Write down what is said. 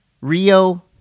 Rio